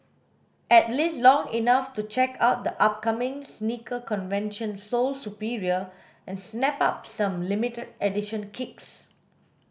at least long enough to check out the upcoming sneaker convention Sole Superior and snap up some limited edition kicks